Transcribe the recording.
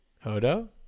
Hodo